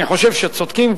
אני חושב שצודקים,